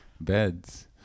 beds